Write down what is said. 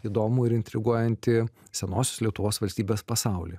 įdomų ir intriguojantį senosios lietuvos valstybės pasaulį